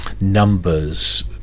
numbers